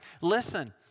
listen